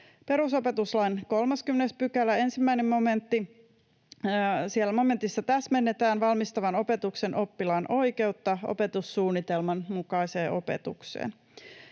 Perusopetuslain 30 §:n 1 momentti: Momentissa täsmennetään valmistavan opetuksen oppilaan oikeutta opetussuunnitelman mukaiseen opetukseen.